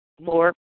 more